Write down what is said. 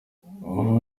ubu